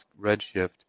Redshift